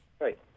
right